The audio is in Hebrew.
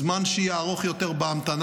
זמן שהייה ארוך יותר בהמתנה,